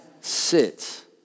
sits